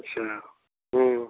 अच्छा